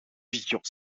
bioscoop